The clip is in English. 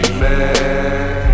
man